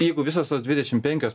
jeigu visos tos dvidešimt penkios